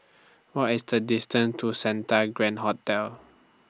What IS The distance to Santa Grand Hotel